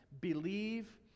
believe